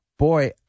Boy